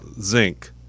Zinc